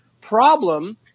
Problem